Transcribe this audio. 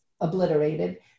obliterated